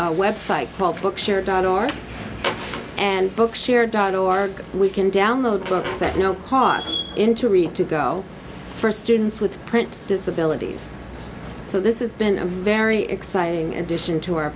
a website called book share dot org and book share dot org we can download books at no cost into read to go for students with print disabilities so this is been a very exciting and dition to our